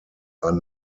are